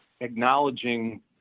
acknowledging